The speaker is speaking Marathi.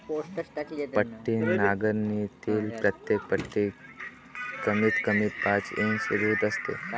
पट्टी नांगरणीतील प्रत्येक पट्टी कमीतकमी पाच इंच रुंद असते